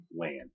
land